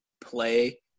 play